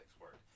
work